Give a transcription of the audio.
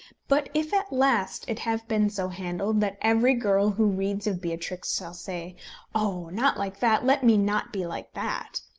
but if at last it have been so handled that every girl who reads of beatrix shall say oh! not like that let me not be like that!